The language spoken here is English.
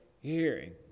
hearing